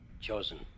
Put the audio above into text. Chosen